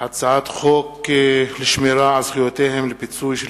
הצעת חוק לשמירה על זכויותיהם לפיצוי של